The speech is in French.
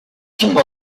tombe